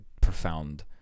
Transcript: profound